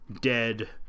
dead